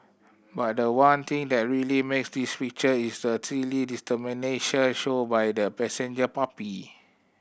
but the one thing that really makes this picture is the steely determination shown by the passenger puppy